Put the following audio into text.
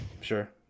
sure